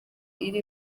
iri